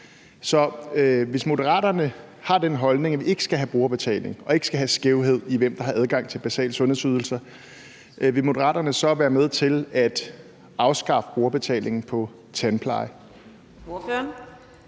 Så hvis Moderaterne har den holdning, at vi ikke skal have brugerbetaling og ikke skal have skævhed i, hvem der har adgang til basale sundhedsydelser, vil Moderaterne så være med til at afskaffe brugerbetalingen på tandpleje?